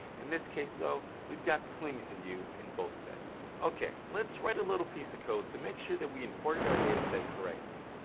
in this case though, we've got plenty to use in both sets. okay, let's write a little piece of code to make sure that we imported our dataset correctly.